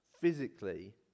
physically